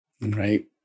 right